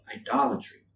idolatry